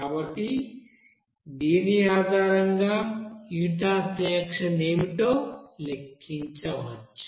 కాబట్టి దీని ఆధారంగా మీరు హీట్ అఫ్ రియాక్షన్ ఏమిటో లెక్కించవచ్చు